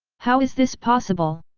how is this possible!